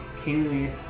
kingly